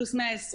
פלוס 120,